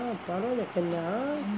பரவாலே அப்டினா:paravalae apdina